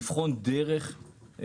לבחון דרך.